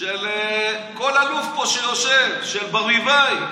של כל אלוף פה שיושב, של ברביבאי.